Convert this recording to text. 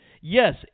Yes